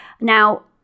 Now